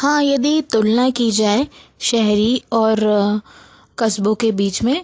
हाँ यदि तुलना की जाए शहरी और कस्बों के बीच में